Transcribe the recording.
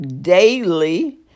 Daily